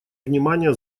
внимание